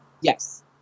Yes